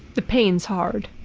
the pain's hard.